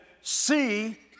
see